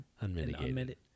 Unmitigated